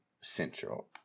Central